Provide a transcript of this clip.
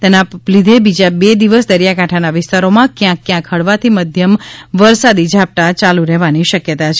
તેના લીધે બીજા બે દિવસ દરિયાકાંઠાના વિસ્તારોમાં ક્યાંક ક્યાંક હળવાથી મધ્યમ વરસાદી ઝાપટાં યાલુ રહેવાની શક્યતા છે